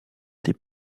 des